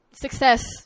success